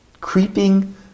creeping